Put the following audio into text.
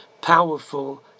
powerful